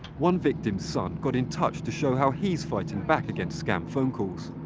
one victim's son got in touch to show how he's fighting back against scam phone calls.